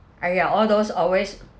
!aiya! all those always